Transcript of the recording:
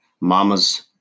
mama's